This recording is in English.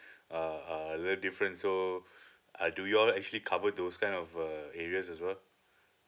uh uh a little different so uh do you all actually cover those kind of uh areas as well